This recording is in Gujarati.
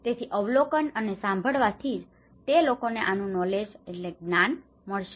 તેથી અવલોકન અને સાંભળવાથી જ તે લોકોને આનું નૉલેજ knowledge જ્ઞાન મળશે